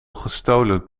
gestolen